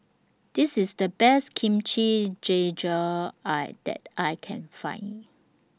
This IS The Best Kimchi Jjigae I that I Can Find